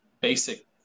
basic